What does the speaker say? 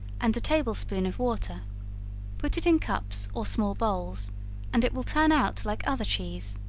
and a table-spoonful of water put it in cups or small bowls and it will turn out like other cheese.